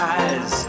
eyes